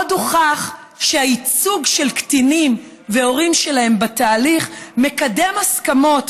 עוד הוכח שהייצוג של קטינים וההורים שלהם בתהליך מקדם הסכמות,